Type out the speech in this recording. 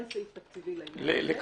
אין סעיף תקציבי לעניין הזה -- לכלביות.